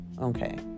okay